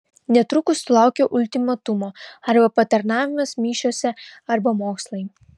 netrukus sulaukiau ultimatumo arba patarnavimas mišiose arba mokslai